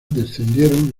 descendieron